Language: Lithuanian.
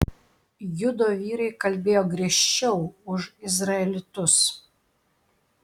judo vyrai kalbėjo griežčiau už izraelitus